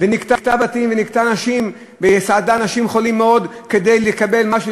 ניקתה בתים וסעדה אנשים חולים מאוד כדי לקבל משהו,